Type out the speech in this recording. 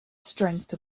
strength